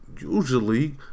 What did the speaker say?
usually